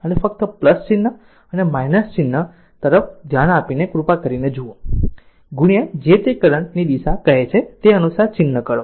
અને ફક્ત ચિન્હ અથવા ચિન્હ તરફ ધ્યાન આપીને કૃપા કરી જુઓ જેને તે કરંટ ની દિશા કહે છે તે અનુસાર ચિન્હ કરો